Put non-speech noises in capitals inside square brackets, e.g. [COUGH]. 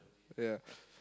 yeah [BREATH]